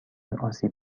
آسیب